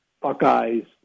Buckeyes